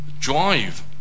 drive